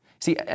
See